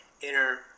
inner